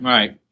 Right